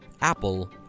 Apple